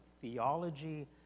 theology